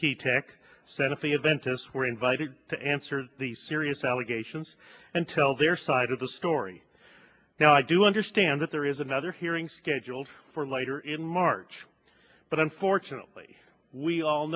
key tech said if the adventists were invited to answer the serious allegations and tell their side of the story now i do understand that there is another hearing scheduled for later in march but unfortunately we all